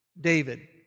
David